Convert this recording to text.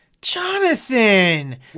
Jonathan